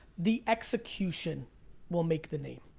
the execution will make the name.